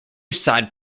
side